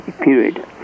period